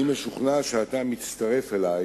אני משוכנע שאתה מצטרף אלי